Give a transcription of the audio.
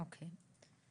אוקי.